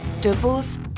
divorce